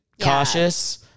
cautious